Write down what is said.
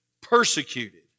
persecuted